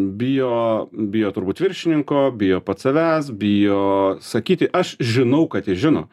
bijo bijo turbūt viršininko bijo pats savęs bijo sakyti aš žinau kad jis žino